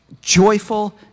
joyful